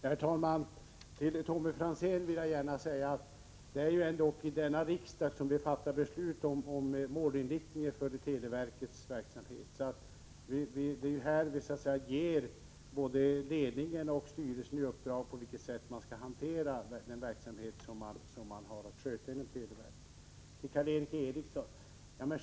Herr talman! Till Tommy Franzén vill jag gärna säga att det ändock är i denna riksdag som vi fattar beslut om målinriktningen för televerkets verksamhet. Det är ju vi som ger både ledningen och styrelsen i uppdrag att hantera den verksamhet som man har att sköta inom televerket. Sedan till Karl Erik Eriksson.